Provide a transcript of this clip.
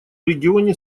регионе